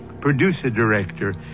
Producer-Director